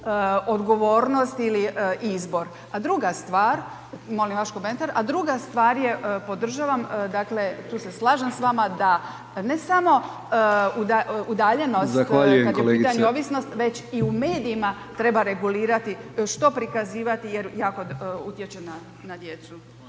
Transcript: odgovornost ili izbor. A druga stvar, molim vaš komentar, a druga stvar je podržavam, dakle, tu se slažem s vama da ne samo udaljenost …/Upadica: Zahvaljujem kolegice/…kad je u pitanju ovisnost, već i u medijima treba regulirati što prikazivati jer jako utječe na djecu.